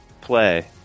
play